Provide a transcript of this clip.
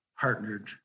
partnered